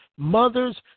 Mothers